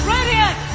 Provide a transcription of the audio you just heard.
Radiant